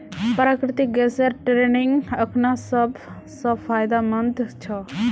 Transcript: प्राकृतिक गैसेर ट्रेडिंग अखना सब स फायदेमंद छ